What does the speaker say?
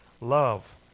love